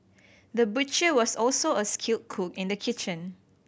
the butcher was also a skilled cook in the kitchen